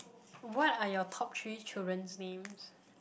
what are your top three children's names